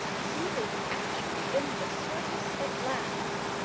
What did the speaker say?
seated actually in the circus at last,